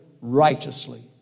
righteously